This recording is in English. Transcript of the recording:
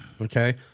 Okay